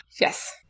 Yes